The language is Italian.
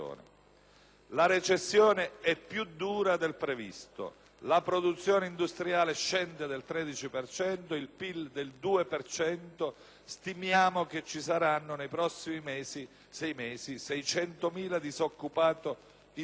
«La recessione è più dura del previsto. La produzione industriale scende del 13 per cento, il PIL del 2 per cento»; «stimiamo che ci saranno, nei prossimi mesi, 600.000 disoccupati in più»;